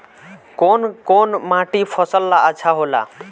कौन कौनमाटी फसल ला अच्छा होला?